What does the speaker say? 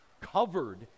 Covered